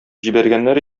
җибәргәннәр